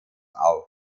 auf